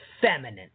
feminine